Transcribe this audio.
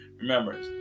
remember